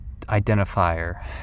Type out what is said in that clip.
Identifier